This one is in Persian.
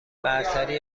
برتری